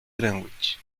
greenwich